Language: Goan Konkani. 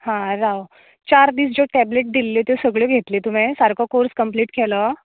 हां रांव चार दीस ज्यो टेबलेट दिल्ल्यो त्यो सगळ्यो घेतल्यो तुवें सारको कोर्स कंम्पलीट केलो